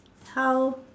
how